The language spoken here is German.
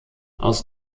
aus